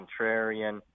contrarian